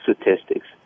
statistics